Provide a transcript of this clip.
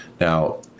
Now